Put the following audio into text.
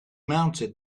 mounted